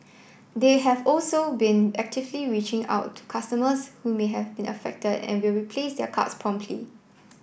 they have also been actively reaching out to customers who may have been affected and will replace their cards promptly